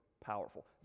powerful